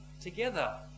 together